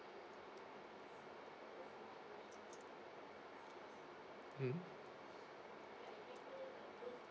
mm